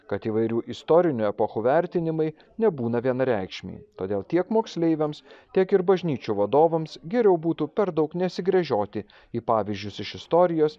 kad įvairių istorinių epochų vertinimai nebūna vienareikšmiai todėl tiek moksleiviams tiek ir bažnyčių vadovams geriau būtų per daug nesigręžioti į pavyzdžius iš istorijos